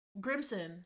grimson